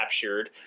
captured